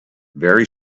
very